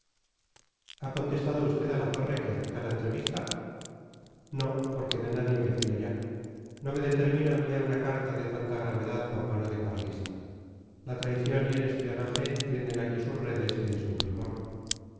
ha contestado usted a la torre que acepta la entrevista no porque de nadie me fío ya no me determino a enviar una carta de tanta gravedad por mano de carlista la traición y el espionaje tienden aquí sus redes que es un primor